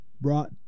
brought